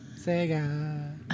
Sega